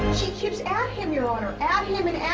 she keeps at him, your honor. at him and at